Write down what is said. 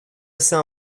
assez